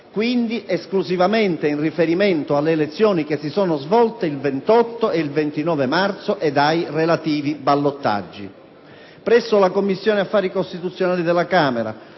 quindi esclusivamente in riferimento alle elezioni che si sono svolte il 28 e 29 marzo e ai relativi ballottaggi. Presso la Commissione affari costituzionali della Camera,